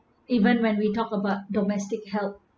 even when we talk about domestic help